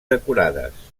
decorades